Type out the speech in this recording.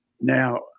Now